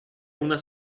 una